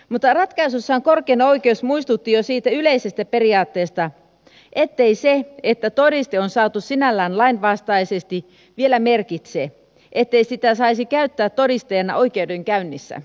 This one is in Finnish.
mutta ratkaisussaan korkein oikeus muistutti jo siitä yleisestä periaatteesta ettei se että todiste on saatu sinällään lainvastaisesti vielä merkitse ettei sitä saisi käyttää todisteena oikeudenkäynnissä